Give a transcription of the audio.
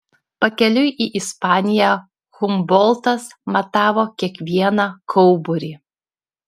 pakeliui į ispaniją humboltas matavo kiekvieną kauburį